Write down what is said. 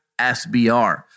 SBR